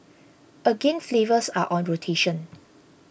again flavours are on rotation